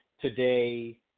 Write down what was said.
today